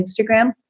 Instagram